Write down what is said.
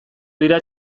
dira